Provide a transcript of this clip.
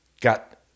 got